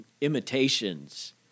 imitations